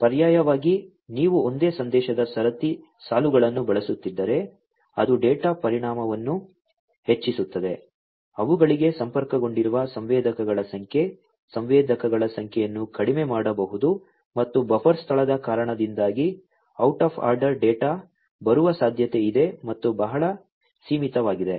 ಪರ್ಯಾಯವಾಗಿ ನೀವು ಒಂದೇ ಸಂದೇಶದ ಸರತಿ ಸಾಲುಗಳನ್ನು ಬಳಸುತ್ತಿದ್ದರೆ ಅದು ಡೇಟಾ ಪರಿಮಾಣವನ್ನು ಹೆಚ್ಚಿಸುತ್ತದೆ ಅವುಗಳಿಗೆ ಸಂಪರ್ಕಗೊಂಡಿರುವ ಸಂವೇದಕಗಳ ಸಂಖ್ಯೆ ಸಂವೇದಕಗಳ ಸಂಖ್ಯೆಯನ್ನು ಕಡಿಮೆ ಮಾಡಬಹುದು ಮತ್ತು ಬಫರ್ ಸ್ಥಳದ ಕಾರಣದಿಂದಾಗಿ ಔಟ್ ಆಫ್ ಆರ್ಡರ್ ಡೇಟಾ ಬರುವ ಸಾಧ್ಯತೆಯಿದೆ ಮತ್ತು ಬಹಳ ಸೀಮಿತವಾಗಿದೆ